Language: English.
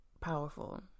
powerful